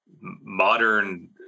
modern